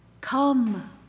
come